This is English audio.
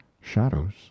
shadows